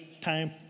time